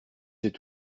c’est